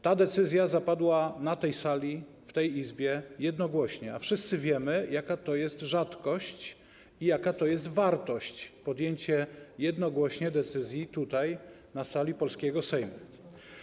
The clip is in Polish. Ta decyzja zapadła na tej sali, w tej Izbie, jednogłośnie, a wszyscy wiemy, jaka to jest rzadkość i jaka to jest wartość - podjęcie jednogłośnie decyzji tutaj, na sali polskiego Sejmu.